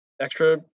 extra